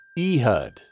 Ehud